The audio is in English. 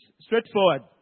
straightforward